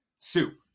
Soup